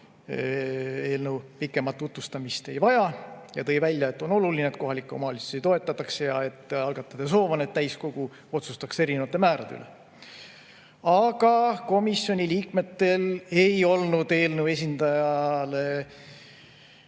eelnõu pikemat tutvustamist ei vaja, ja tõi välja, et on oluline, et kohalikke omavalitsusi toetatakse, ja algatajate soov on, et täiskogu otsustaks erinevate määrade üle. Komisjoni liikmetel ei olnud eelnõu [algatajate]